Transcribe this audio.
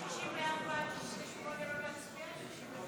64 68, לא להצביע.